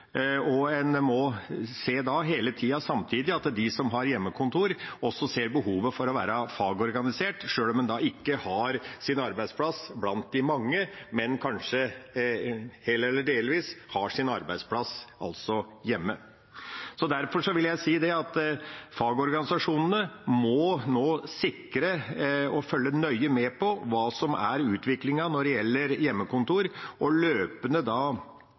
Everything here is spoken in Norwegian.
også ser behovet for å være fagorganisert, sjøl om en ikke har sin arbeidsplass blant de mange, men kanskje helt eller delvis har sin arbeidsplass hjemme. Derfor vil jeg si at fagorganisasjonene nå må sikre og følge nøye med på utviklingen når det gjelder hjemmekontor, og løpende